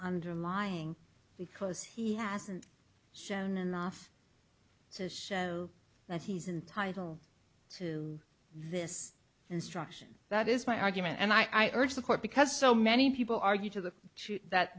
underlying because he hasn't shown enough to show that he's entitled to this instruction that is my argument and i urge the court because so many people argue to the